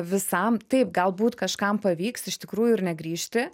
visam taip galbūt kažkam pavyks iš tikrųjų ir negrįžti